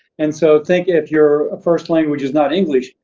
and so, think if you're first language is not english,